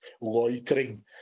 loitering